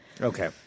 okay